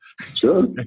Sure